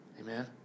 Amen